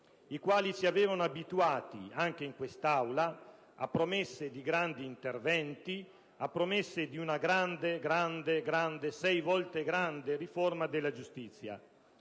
Essi ci avevano abituati, anche in quest'Aula, a promesse di grandi interventi, a promesse di una grande, grande, grande, sei volte grande, riforma della giustizia.